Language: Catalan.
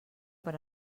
per